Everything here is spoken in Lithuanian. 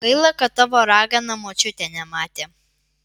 gaila kad tavo ragana močiutė nematė